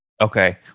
Okay